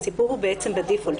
הסיפור הוא בעצם בברירת המחדל,